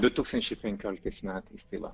du tūkstančiai penkioliktais metais tai va